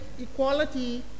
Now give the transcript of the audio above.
equality